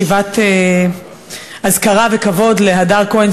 ישיבת אזכרה וכבוד להדר כהן,